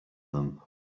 them